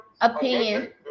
opinion